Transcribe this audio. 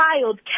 child